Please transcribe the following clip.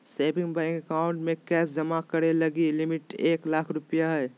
saving bank account में cash जमा करे लगी लिमिट एक लाख रु हइ